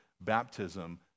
baptism